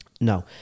No